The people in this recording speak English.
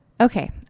Okay